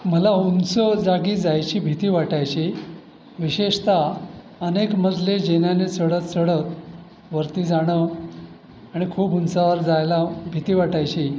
मला उंच जागी जायची भीती वाटायची विशेषतः अनेक मजले जिन्याने चढत चढत वरती जाणं आणि खूप उंचावर जायला भीती वाटायची